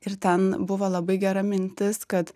ir ten buvo labai gera mintis kad